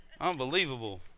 Unbelievable